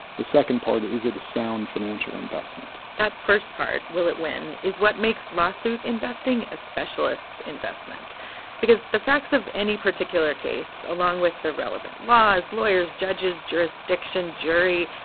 the second part is it a sound financial investment? that first part will it win? is what makes lawsuit investing a specialist's investment because the facts of any particular case along with the relevant laws, lawyers, judges, jurisdiction, jury,